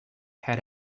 head